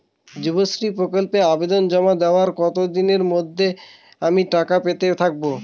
যুবশ্রী প্রকল্পে আবেদন জমা দেওয়ার কতদিনের মধ্যে আমি টাকা পেতে থাকব?